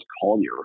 Collier